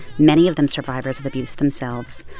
many of them survivors of abuse themselves,